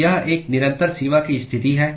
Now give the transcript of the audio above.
तो यह एक निरंतर सीमा की स्थिति है